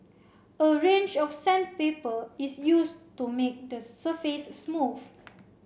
a range of sandpaper is used to make the surface smooth